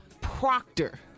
Proctor